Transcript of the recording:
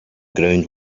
ground